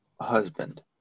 husband